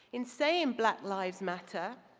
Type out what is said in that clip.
in saying black lives matter,